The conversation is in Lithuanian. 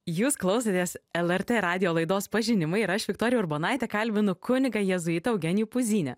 jūs klausotės lrt radijo laidos pažinimai ir aš viktorija urbonaitė kalbino kunigą jėzuitą eugenijų puzynią